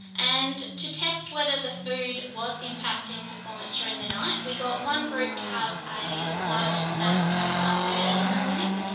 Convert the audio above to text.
and to test whether the food was impacting performance during the night we got one group to have a large snack at one. thirty in the morning,